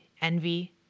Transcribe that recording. envy